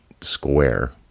square